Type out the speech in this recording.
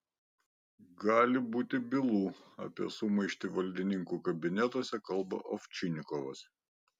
gali būti bylų apie sumaištį valdininkų kabinetuose kalba ovčinikovas